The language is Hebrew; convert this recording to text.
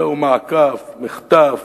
זהו מעקף, מחטף.